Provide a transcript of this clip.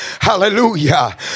hallelujah